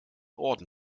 orden